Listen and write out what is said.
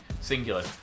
singular